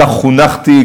כך חונכתי,